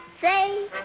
Say